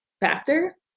factor